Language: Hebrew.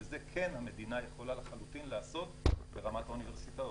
וזה כן המדינה יכולה לחלוטין לעשות ברמת האוניברסיטאות.